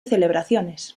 celebraciones